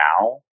now